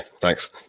Thanks